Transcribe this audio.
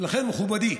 ולכן, מכובדי,